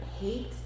hate